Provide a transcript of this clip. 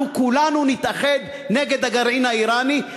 אנחנו כולנו נתאחד נגד הגרעין האיראני,